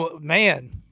man